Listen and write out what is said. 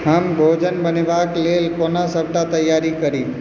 हम भोजन बनेबाक लेल कोना सभटा तैयारी करी